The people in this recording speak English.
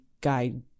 guide